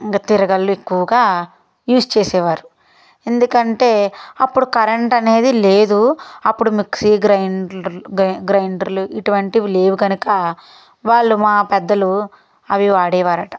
ఇంక తిరగళ్ళు ఎక్కువగా యూజ్ చేసేవారు ఎందుకంటే అప్పుడు కరెంట్ అనేది లేదు అప్పుడు మిక్సీ గ్రైండర్ గ్రై గ్రైండర్లు ఇటువంటివి లేవు కనుక వాళ్ళు మా పెద్దలు అవి వాడేవారట